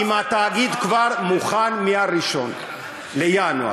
אם התאגיד כבר מוכן מ-1 בינואר?